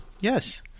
Yes